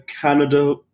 Canada